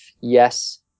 yes